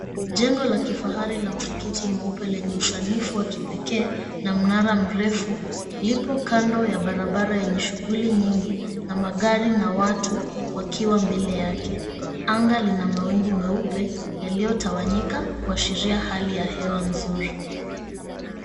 Jengo la kifahari la msikiti mweupe lenye usanifu wa kipekee na mnara mrefu lipo kando ya barabara yenye shughuli nyingi na magari na watu wakiwa mbele yake. Anga lina mawingu meupe yaliyotawanyika kuashiria hali ya hewa nzuri.